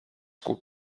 kuud